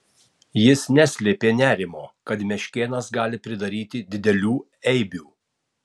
jis neslėpė nerimo kad meškėnas gali pridaryti didelių eibių